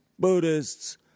Buddhists